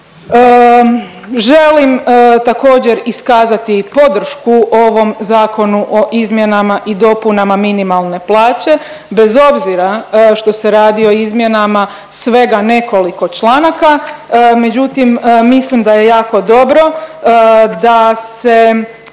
Želim također iskazati podršku ovom Zakonu o izmjenama i dopunama minimalne plaće bez obzira što se radi o izmjenama svega nekoliko članaka, međutim mislim da je jako dobro da se,